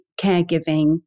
caregiving